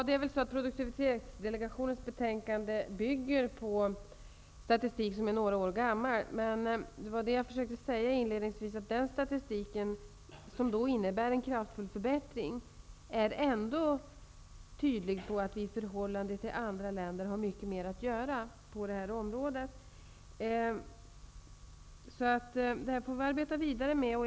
Herr talman! Produktivitetsdelegationens betänkande bygger på statistik som är några år gammal. Jag försökte inledningsvis säga att man av den statistiken kan se en kraftfull förbättring, men att den ändå tydligt visar att Sverige i förhållande till andra länder har mycket mer att göra på detta område. Detta får vi arbeta vidare med.